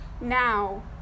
now